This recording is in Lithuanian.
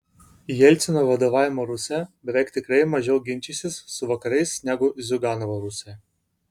jelcino vadovaujama rusija beveik tikrai mažiau ginčysis su vakarais negu ziuganovo rusija